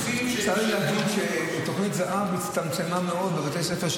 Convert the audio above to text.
נושאים שהם --- צריך להגיד שתוכנית זה"ב הצטמצמה מאוד בבתי הספר.